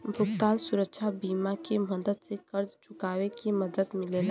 भुगतान सुरक्षा बीमा के मदद से कर्ज़ चुकावे में मदद मिलेला